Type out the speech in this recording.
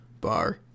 Bar